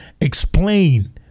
explain